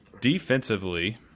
Defensively